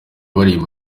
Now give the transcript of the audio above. baririmba